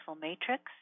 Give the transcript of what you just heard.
matrix